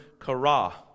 kara